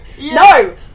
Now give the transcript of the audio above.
No